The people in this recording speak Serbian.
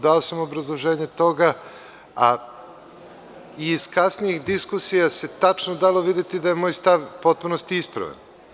Dali smo obrazloženje toga, a i iz kasnijih diskusija se tačno dalo videti da je moj stav u potpunosti ispravan.